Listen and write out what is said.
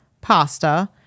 pasta